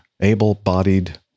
able-bodied